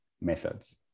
methods